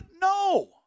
No